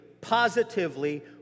positively